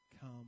come